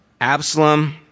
Absalom